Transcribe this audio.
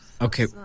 Okay